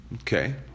Okay